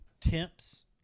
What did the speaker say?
temps